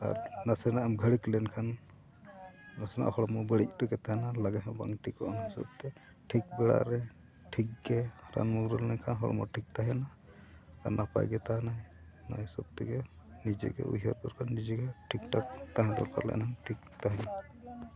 ᱟᱨ ᱱᱟᱥᱮᱱᱟᱜ ᱮᱢ ᱜᱷᱟᱹᱲᱤᱠ ᱞᱮᱱᱠᱷᱟᱱ ᱱᱟᱥᱮᱱᱟᱜ ᱦᱚᱲᱢᱚ ᱵᱟᱹᱲᱤᱡ ᱴᱷᱤᱠ ᱜᱮ ᱛᱟᱦᱮᱱᱟ ᱞᱟᱜᱮ ᱦᱚᱸ ᱵᱟᱝ ᱴᱷᱤᱠᱚᱜᱼᱟ ᱚᱱᱟ ᱦᱤᱥᱟᱹᱵ ᱛᱮ ᱴᱷᱤᱠ ᱵᱟᱲᱟ ᱨᱮ ᱴᱷᱤᱠ ᱜᱮ ᱨᱟᱱ ᱢᱩᱨ ᱞᱮᱱᱠᱷᱟᱱ ᱦᱚᱲᱢᱚ ᱴᱷᱤᱠ ᱛᱟᱦᱮᱱᱟ ᱟᱨ ᱱᱟᱯᱟᱭ ᱜᱮ ᱛᱟᱦᱮᱱᱟᱭ ᱚᱱᱟ ᱦᱤᱥᱟᱹᱵ ᱛᱮᱜᱮ ᱱᱤᱡᱮ ᱜᱮ ᱩᱭᱦᱟᱹᱨ ᱫᱚᱨᱠᱟᱨ ᱱᱤᱡᱮ ᱜᱮ ᱴᱷᱤᱠ ᱴᱷᱟᱠ ᱛᱟᱦᱮᱸ ᱫᱚᱨᱠᱟᱨ ᱞᱮᱱᱠᱷᱟᱱ ᱴᱷᱤᱠ ᱛᱟᱦᱮᱱᱟ